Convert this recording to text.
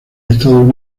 estados